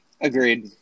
Agreed